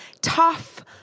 tough